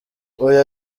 uyu